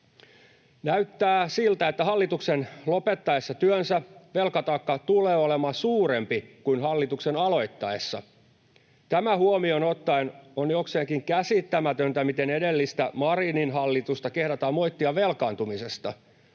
Näyttää siltä, että hallituksen lopettaessa työnsä velkataakka tulee olemaan suurempi kuin hallituksen aloittaessa. Tämä huomioon ottaen on jokseenkin käsittämätöntä, miten edellistä, Marinin hallitusta kehdataan moittia velkaantumisesta